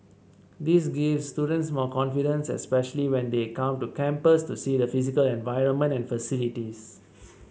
this gives students more confidence especially when they come to campus to see the physical environment and facilities